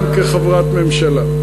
גם כחברת ממשלה,